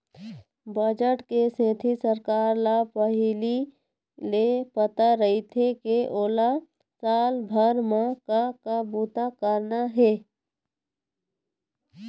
budget के सेती सरकार ल पहिली ले पता रहिथे के ओला साल भर म का का बूता करना हे